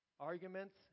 Arguments